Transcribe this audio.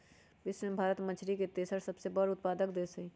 विश्व में भारत मछरी के तेसर सबसे बड़ उत्पादक देश हई